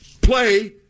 play